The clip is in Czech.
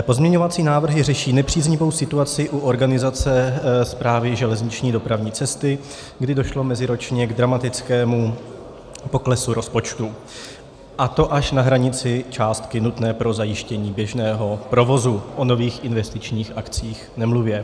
Pozměňovací návrhy řeší nepříznivou situaci u organizace Správa železniční dopravní cesty, kdy došlo meziročně k dramatickému poklesu rozpočtu, a to až na hranici částky nutné pro zajištění běžného provozu, o nových investičních akcích nemluvě.